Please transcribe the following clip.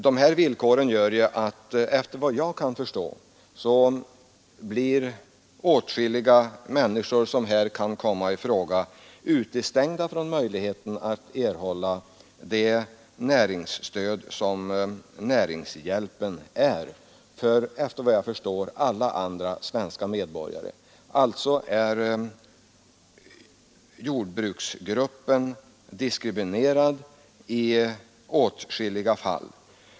En följd av dessa villkor blir, efter vad jag kan förstå, att åtskilliga jordbrukare utestängs från möjligheten till stöd. Näringshjälpen som kan utgå till andra svenska medborgare utgår inte till jordbrukare. Alltså är jordbrukargruppen diskriminerad i åtskilliga fall.